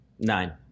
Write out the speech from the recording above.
Nine